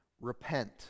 Repent